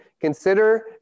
consider